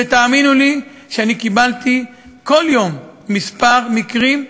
ותאמינו לי שאני קיבלתי כל יום כמה מקרים,